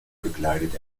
gekleidet